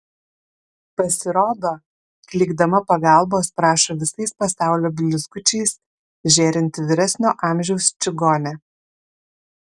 pasirodo klykdama pagalbos prašo visais pasaulio blizgučiais žėrinti vyresnio amžiaus čigonė